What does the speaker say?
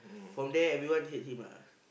from there everyone hate him lah